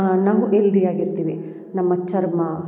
ನಾವು ಎಲ್ದಿ ಆಗಿರ್ತೀವಿ ನಮ್ಮ ಚರ್ಮ